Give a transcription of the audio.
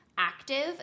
Active